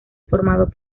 formado